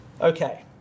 Okay